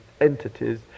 entities